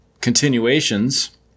continuations